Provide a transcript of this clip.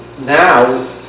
now